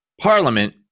Parliament